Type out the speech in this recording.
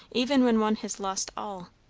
even when one has lost all.